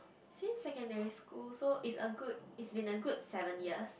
since secondary school so is a good it's been a good seven years